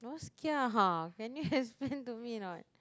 is kia !huh! can you explain to me or not